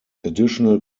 additional